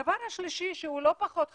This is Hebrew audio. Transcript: הדבר השלישי, שהוא לא פחות חשוב,